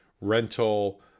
rental